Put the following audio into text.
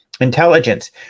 intelligence